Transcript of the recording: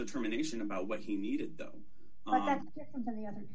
determination about what he needed the other